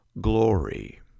glory